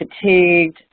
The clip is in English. fatigued